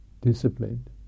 disciplined